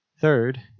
Third